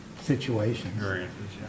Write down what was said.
situations